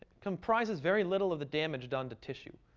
comprises very little of the damage done to tissue.